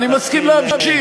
אני מסכים להמשיך.